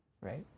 right